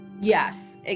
Yes